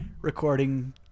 recording